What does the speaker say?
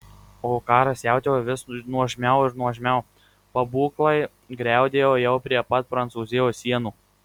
o karas siautėjo vis nuožmiau ir nuožmiau pabūklai griaudėjo jau prie pat prancūzijos sienų